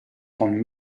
von